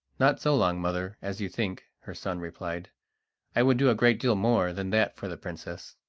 not so long, mother, as you think, her son replied i would do a great deal more than that for the princess.